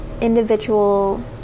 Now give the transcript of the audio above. individual